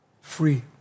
Free